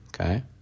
okay